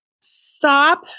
stop